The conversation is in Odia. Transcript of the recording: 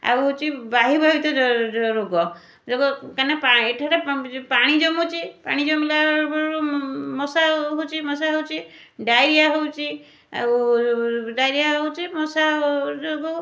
ଆଉ ହେଉଛି ବାୟୁବାହିତ ରୋଗ ରୋଗ କାହିଁକିନା ପା ଏଠି ପାଣି ଜମୁଛି ପାଣି ଜମିଲା ବେଳକୁ ମଶା ହେଉଛି ମଶା ହେଉଛି ଡାଇରିଆ ହେଉଛି ଆଉ ଡାଇରିଆ ହେଉଛି ମଶା ଯୋଗୁଁ